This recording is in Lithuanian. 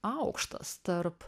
aukštas tarp